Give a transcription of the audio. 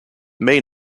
may